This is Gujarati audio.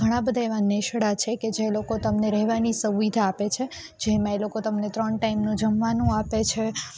ઘણાં બધા એવા નેસડાં છે કે જે લોકો તમને રહેવાની સુવિધા આપે છે જેમાં એ લોકો તમને ત્રણ ટાઈમનું જમવાનું આપે છે